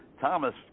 Thomas